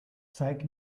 zeig